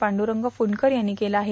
पांडुरंग फुंडकर यांनी केलं आहे